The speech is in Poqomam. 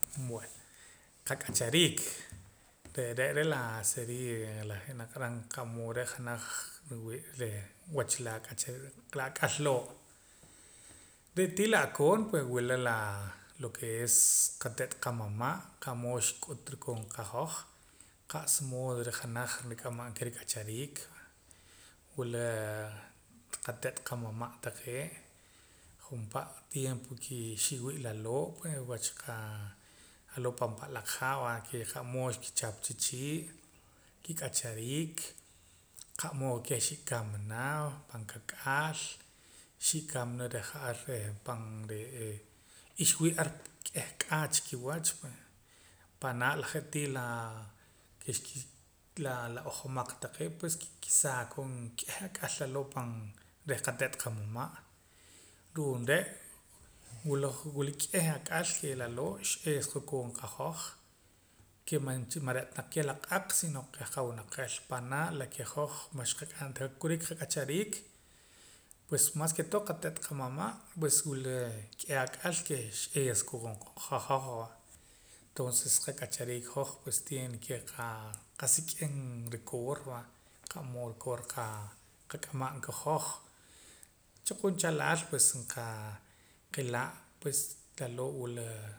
Bueno qak'achariik re're' laa seria la je' naq'aram qa'mood re' janaj nriwii' reh wach la ak'al loo' re' tii la'koon pues wila laa lo ke es qatet' qamama' qa'mood xk'utura koon qahoj qa'sa mood reh janaj rik'amam ka rik'achariik wilaa qatet' qamama' taqee' junpa' tiempo kii xi'wii' laloo' pue wach qaa laloo' pan pa'laq ha' va ke qa'mood xkichap cha chii' kik'achariik qa'mood keh xi'kamana pan kak'aal xi'kamana ja'ar reh pan re'eh y xwii'ar k'eh k'aa chi kiwach pue panaa' je'tii la ke xkii la ojomaq taqee' pues ke xkisaa koon k'eh ak'al laloo' reh qatet' qamama' ru'uum re' wula wila k'eh ak'al ke laloo' x'eesja koon qahoj ke man cha man re'ta keh la q'aq sino keh qawinaqel panaa' la ke hoj man xqak'am ta' ka kurik qak'achariik pues mas ke todo qate't qamama' pues wila k'eh ak'al ke x'eesja koon qahoj va toonses qak'achariik hoj pues tiene ke qaa qasik'im rikoor va qa'mood rikoor qak'amam ka hoj cha qunchalal pues qaa qila' pues laloo' wila